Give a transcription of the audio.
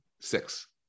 six